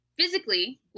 physically